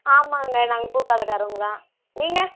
ஆமாங்க நாங்கள் பூக்கடைக்காரவங்கதான் நீங்கள்